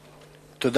ו-1951.